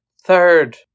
Third